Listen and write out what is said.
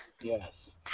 Yes